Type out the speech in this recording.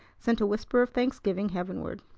sent a whisper of thanksgiving heavenward.